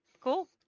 cool